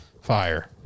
Fire